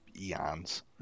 eons